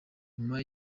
nyuma